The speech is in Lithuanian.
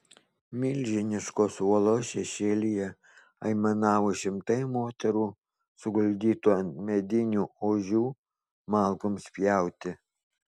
milžiniškos uolos šešėlyje aimanavo šimtai moterų suguldytų ant medinių ožių malkoms pjauti